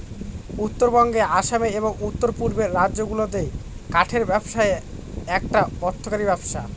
উত্তরবঙ্গে আসামে এবং উত্তর পূর্বের রাজ্যগুলাতে কাঠের ব্যবসা একটা অর্থকরী ব্যবসা